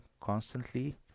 constantly